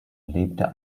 lebte